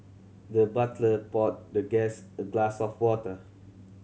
the butler poured the guest a glass of water